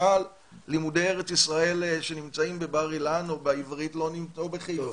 למשל לימודי ארץ ישראל שנמצאים בבר אילן או בעברית או בחיפה,